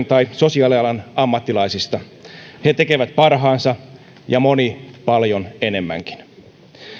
tai sosiaalialan ammattilaisista he tekevät parhaansa ja moni paljon enemmänkin